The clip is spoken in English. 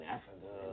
Africa